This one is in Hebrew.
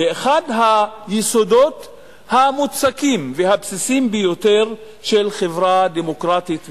באחד היסודות המוצקים והבסיסיים ביותר של חברה דמוקרטית וליברלית: